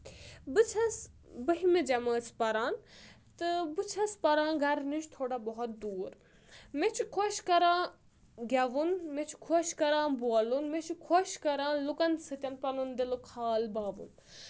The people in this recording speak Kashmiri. بہٕ چھَس بٔہمہِ جمٲژ پَران تہٕ بہٕ چھَس پَران گَرٕ نِش تھوڑا بہت دوٗر مےٚ چھُ خۄش کَران گؠوُن مےٚ چھُ خۄش کَران بولُن مےٚ چھُ خۄش کَران لُکَن سۭتۍ پَنُن دِلُک حال باوُن